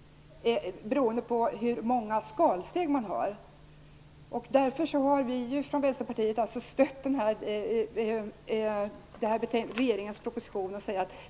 - om man förändrar antalet skalsteg. Därför har vi från Vänsterpartiet stött regeringens proposition.